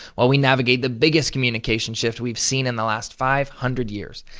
while we navigate the biggest communication shift we've seen in the last five hundred years.